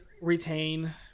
retain